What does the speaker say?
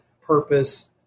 purpose